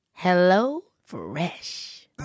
HelloFresh